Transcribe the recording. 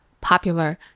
popular